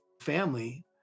family